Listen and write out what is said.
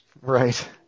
Right